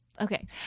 Okay